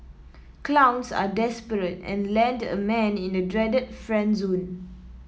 clowns are desperate and land a man in the dreaded friend zone